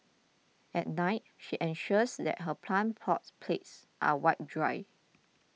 at night she ensures that her plant pot plates are wiped dry